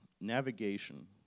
navigation